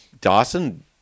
Dawson